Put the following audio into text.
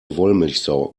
wollmilchsau